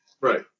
Right